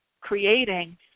creating